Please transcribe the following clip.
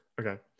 Okay